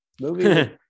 movie